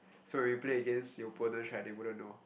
so we play against the opponents right they wouldn't know